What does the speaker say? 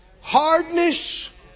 hardness